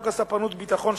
חוק הספנות (ביטחון),